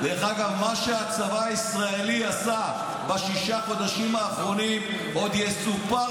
מה שהצבא הישראלי עשה בשישה החודשים האחרונים עוד יסופר